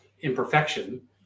imperfection